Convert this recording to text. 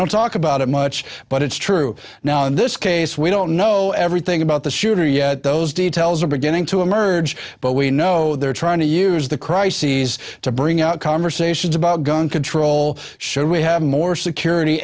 don't talk about it much but it's true now in this case we don't know everything about the shooter yet those details we're beginning to emerge but we know they're trying to use the crises to bring out conversations about gun control should we have more security